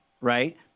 right